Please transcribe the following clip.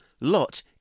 Lot